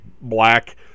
black